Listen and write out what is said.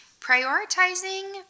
prioritizing